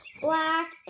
black